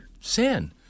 sin